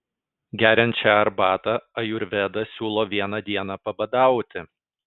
geriant šią arbatą ajurvedą siūlo vieną dieną pabadauti